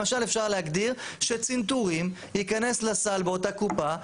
למשל אפשר להגדיר שצנתורים ייכנס לסל באותה קופה,